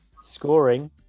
scoring